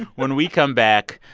when we come back,